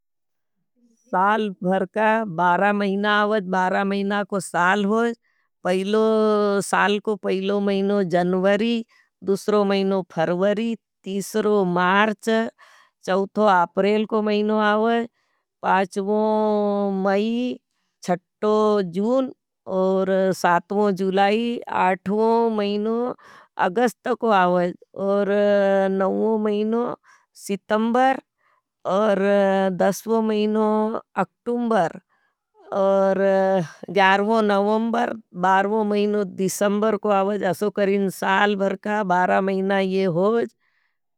साल भरका बारा मेना आवज। बारा मेना को साल होगी पहलो साल को पहलो मेनो जनवरी। दूसरो मेनो फरवरी, तीसरो मार्च, चोथो अपरेल को मेनो आवज। पाच्वो मयी, छटो जून, और साथो जुलाई, आठो मेनो अगस्त को आवज। और नवो मेनो सितंबर, और दस्वो मेनो अक्टुंबर, और ग्यारवो नवंबर, बारवो मेनो दिसंबर को आवज असो करीन साल भरका, बारा मेना ये होज।